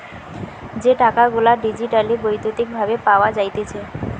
যে টাকা গুলা ডিজিটালি বৈদ্যুতিক ভাবে পাওয়া যাইতেছে